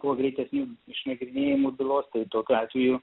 kuo greitesniu išnagrinėjimu bylos tai tokiu atveju